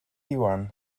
iwan